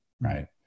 Right